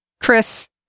chris